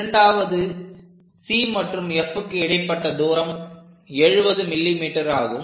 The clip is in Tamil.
இரண்டாவது C மற்றும் Fக்கு இடைப்பட்ட தூரம் 70 mm ஆகும்